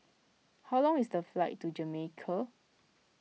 how long is the flight to Jamaica